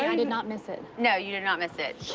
yeah did not miss it. no, you did not miss it.